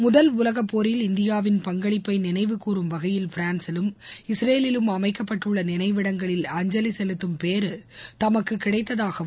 முதல் உலகப்போரில் இந்தியாவின் பங்களிப்பை நினைவு கூரும் வகையில் பிரான்சிலும் இஸ்ரேலிலும் அமைக்கப்பட்டுள்ள நினைவிடங்களில் அஞ்சலி செலுத்தும் பேறு தமக்கு கிடைத்ததாகவும்